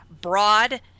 broad